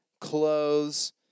clothes